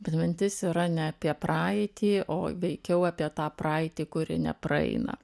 atmintis yra ne apie praeitį o veikiau apie tą praeitį kuri nepraeina